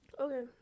okay